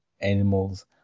Animals